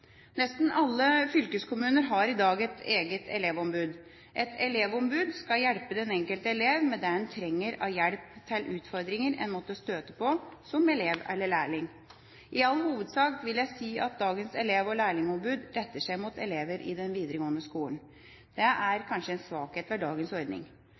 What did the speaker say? Nesten alle fylkeskommuner har i dag et eget elevombud. Et elevombud skal hjelpe den enkelte elev med det en trenger av hjelp til utfordringer en måtte støte på som elev eller lærling. I all hovedsak vil jeg si at dagens elev- og lærlingombud retter seg mot elever i den videregående skolen. Det er kanskje en svakhet ved dagens ordning.